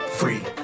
free